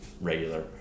regular